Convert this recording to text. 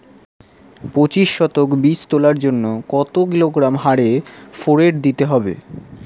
পঁচিশ শতক বীজ তলার জন্য কত কিলোগ্রাম হারে ফোরেট দিতে হবে?